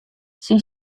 syn